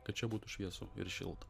kad čia būtų šviesu ir šilta